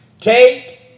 Take